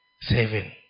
Seven